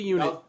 Unit